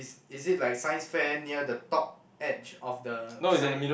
is is it like Science fair near the top edge of the sign